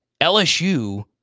LSU